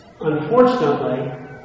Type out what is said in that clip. Unfortunately